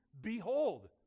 behold